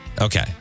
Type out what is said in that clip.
Okay